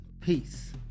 Peace